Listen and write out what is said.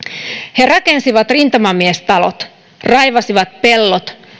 he rakensivat rintamamiestalot raivasivat pellot